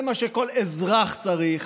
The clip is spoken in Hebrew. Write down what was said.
זה מה שכל אזרח צריך,